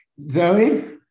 Zoe